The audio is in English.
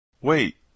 Wait